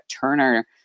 Turner